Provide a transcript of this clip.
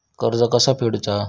कर्ज कसा फेडुचा?